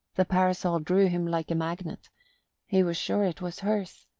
the parasol drew him like a magnet he was sure it was hers.